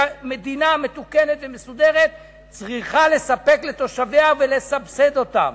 שמדינה מתוקנת ומסודרת צריכה לספק לתושביה ולסבסד אותם.